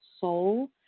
Soul